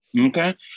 Okay